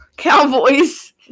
Cowboys